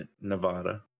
Nevada